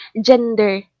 gender